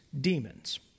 demons